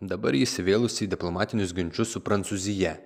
dabar ji įsivėlusi į diplomatinius ginčus su prancūzija